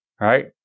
Right